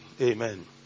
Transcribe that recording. amen